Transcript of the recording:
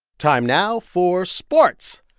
time now for sports.